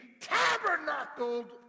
tabernacled